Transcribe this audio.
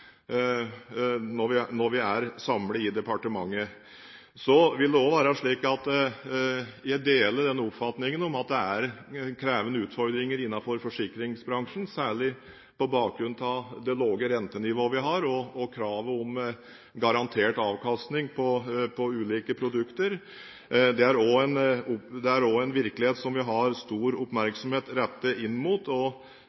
når vi er samlet i departementet. Så vil det også være slik at jeg deler den oppfatningen om at det er krevende utfordringer innenfor forsikringsbransjen, særlig på bakgrunn av det lave rentenivået vi har, og kravet om garantert avkastning på ulike produkter. Det er en virkelighet som vi har stor oppmerksomhet rettet mot, og